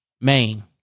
Maine